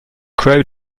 crow